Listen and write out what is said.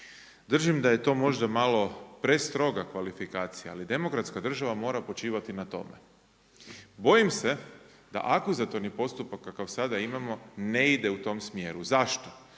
Držim da je to možda malo prestroga kvalifikacija, ali demokratska država mora počivati na tome. Bojim se da akvizatorni postupak kakav sada imamo ne ide u tom smjeru. Zašto?